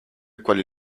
quali